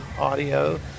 Audio